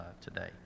today